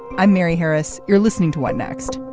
i'm mary harris. you're listening to what next.